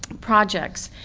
projects.